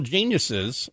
Geniuses